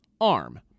arm